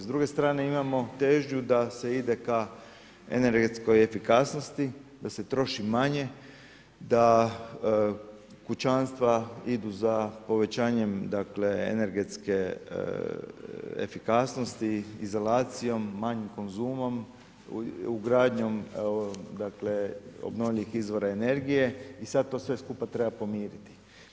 S druge strane imamo težnju da se ide k energetskoj efikasnosti, da se troši manje, da kućanstva idu za povećanjem energetske efikasnosti, izolacijom, manjim konzumom, ugradnjom obnovljivih izvora energije i sada to sve skupa treba pomiriti.